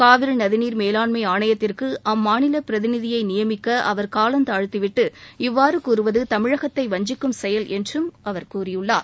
காவிரி நதிநீர் மேலாண்மை ஆணையத்திற்கு அம்மாநில பிரதிநிதியை நியமிக்க அவர் காலம் தாழ்த்திவிட்டு இவ்வாறு கூறுவது தமிழகத்தை வஞ்சிக்கும் செயல் என்றும் கூறினார்